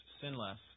sinless